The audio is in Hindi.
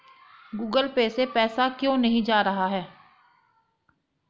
गूगल पे से पैसा क्यों नहीं जा रहा है?